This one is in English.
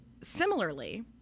similarly